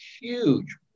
huge